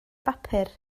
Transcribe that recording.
bapur